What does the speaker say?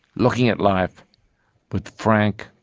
looking at life with frank,